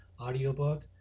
audiobook